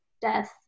death